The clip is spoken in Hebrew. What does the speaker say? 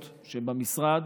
שבמשרד,